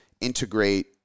integrate